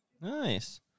Nice